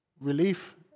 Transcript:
relief